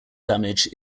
damage